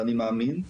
ואני מאמין,